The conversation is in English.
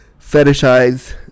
fetishize